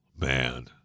man